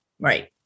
Right